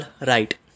right